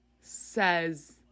Says